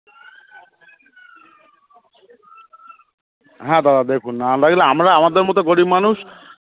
হ্যাঁ দাদা দেখুন না দেখলে আমরা আমাদের মতো গরীব মানুষ